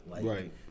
Right